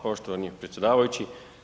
poštovani predsjedavajući.